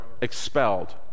expelled